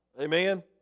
Amen